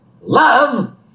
love